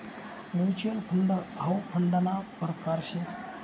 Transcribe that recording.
mutual fund हाउ फंडना परकार शे